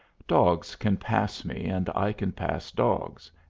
dogs can pass me and i can pass dogs,